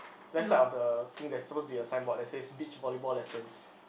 left side of the thing there's supposed to be a sign board that says beach volleyball lessons